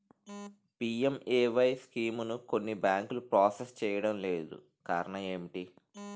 PMAY స్కీమును కొన్ని బ్యాంకులు ప్రాసెస్ చేయడం లేదు కారణం ఏమిటి?